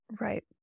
Right